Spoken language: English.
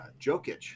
Jokic